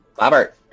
Robert